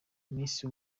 misi